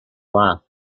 laughed